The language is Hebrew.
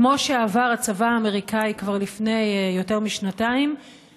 כמו שעבר הצבא האמריקני כבר לפני יותר משנתיים,